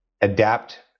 adapt